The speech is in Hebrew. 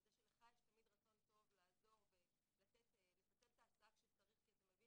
וזה שלך יש תמיד רצון טוב לעזור ולפצל את ההסעה כשצריך כי אתה מבין